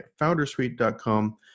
Foundersuite.com